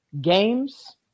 games